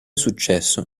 successo